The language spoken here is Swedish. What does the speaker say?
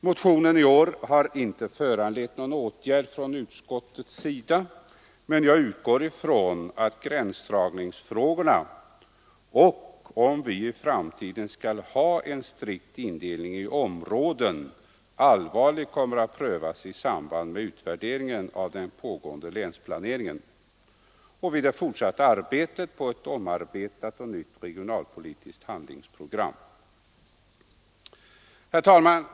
Motionen i år har inte föranlett utskottet att föreslå någon åtgärd, men jag utgår från att frågan om gränsdragningarna och frågan huvuvida vi skall ha en strikt indelning i stödområden allvarligt kommer att prövas i samband med utvärderingen av den pågående länsplaneringen och vid det fortsatta arbetet på ett omarbetat och nytt regionalpolitiskt handlingsprogram. Herr talman!